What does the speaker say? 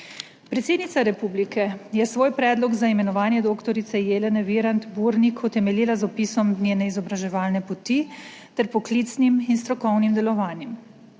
Predsednica republike je svoj predlog za imenovanje dr. Jelene Virant Burnik utemeljila z opisom njene izobraževalne poti ter poklicnim in strokovnim delovanjem.